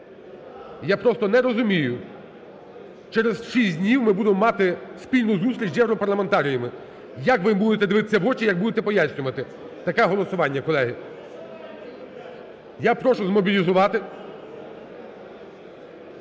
Я просто не розумію, через 6 днів ми будемо мати спільну зустріч з європарламентарями. Як ви їм будете дивитися в очі, як будете пояснювати таке голосування, колеги? Я прошу змобілізувати